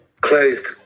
closed